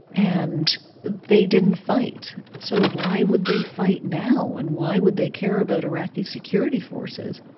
and they didn't fight. so why would they fight now, and why would they care about iraqi security forces?